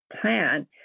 plan